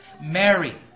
Mary